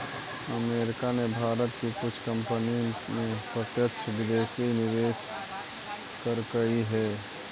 America ने भारत की कुछ कंपनी में प्रत्यक्ष विदेशी निवेश करकई हे